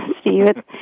Steve